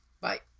Bye